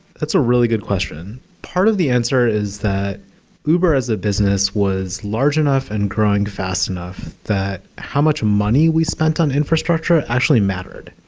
that's a really good question. part of the answer is that uber as a business was large enough and growing fast enough that how much money we spent on infrastructure actually mattered.